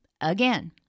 again